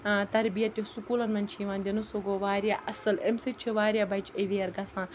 تربیت یُس سکوٗلَن منٛز چھِ یِوان دِنہٕ سُہ گوٚو واریاہ اَصٕل اَمہِ سۭتۍ چھِ واریاہ بَچہِ ایٚوِیَر گژھان